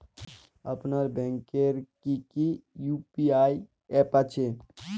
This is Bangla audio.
আপনার ব্যাংকের কি কি ইউ.পি.আই অ্যাপ আছে?